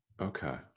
Okay